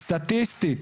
סטטיסטית,